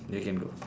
you can go